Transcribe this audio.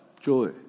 joy